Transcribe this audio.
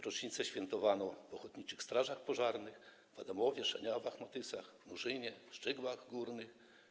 Rocznice świętowano w ochotniczych strażach pożarnych w Adamowie, Szaniawach-Matysach, Nurzynie i Szczygłach Górnych.